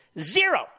Zero